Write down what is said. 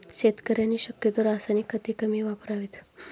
शेतकऱ्यांनी शक्यतो रासायनिक खते कमी वापरावीत